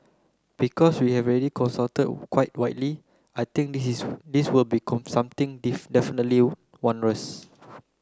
because we have already consult quite widely I think this will be something definitely not onerous